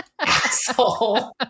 Asshole